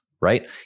right